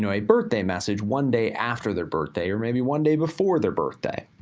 and a birthday message, one day after their birthday or maybe one day before their birthday.